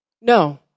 no